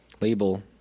label